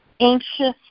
anxious